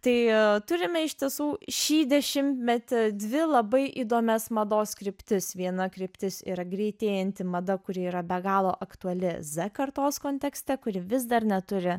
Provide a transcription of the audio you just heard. tai turime iš tiesų šį dešimtmetį dvi labai įdomias mados kryptis viena kryptis yra greitėjanti mada kuri yra be galo aktuali z kartos kontekste kuri vis dar neturi